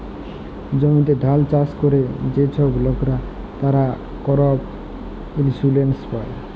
জমিতে ধাল চাষ ক্যরে যে ছব লকরা, তারা করপ ইলসুরেলস পায়